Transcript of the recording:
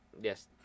Yes